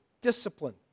discipline